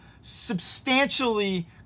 substantially